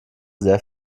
sehr